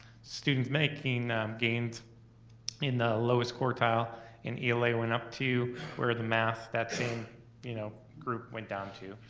student making gains in the lowest quartile in ela went up to where the math, that same you know group went down too.